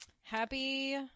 Happy